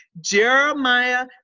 Jeremiah